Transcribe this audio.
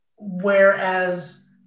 Whereas